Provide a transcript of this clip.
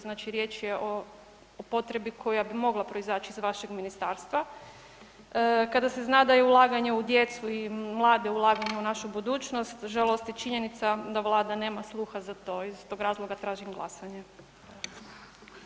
Znači riječ je o potrebi koja bi mogla proizaći iz vašeg ministarstva kada se zna da je ulaganje u djecu i u mlade ulaganje u našu budućnost žalosti činjenica da Vlada nema sluha za to, iz tog razloga tražim glasanje.